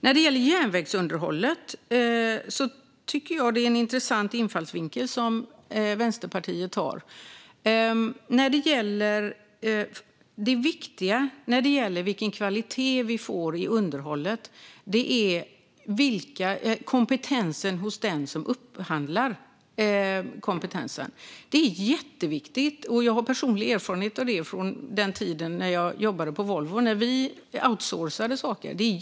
När det gäller järnvägsunderhållet tycker jag att Vänsterpartiet har en intressant infallsvinkel. Det viktiga när det gäller vilken kvalitet vi får på underhållet är kompetensen hos den som upphandlar. Det är jätteviktigt; jag har personlig erfarenhet av detta från den tid då jag jobbade på Volvo och vi outsourcade saker.